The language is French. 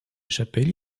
chapelles